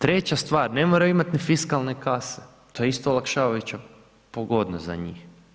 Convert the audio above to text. Treća stvar ne moraju imat ni fiskalne kase, to je isto olakšavajuća pogodnost za njih.